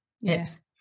yes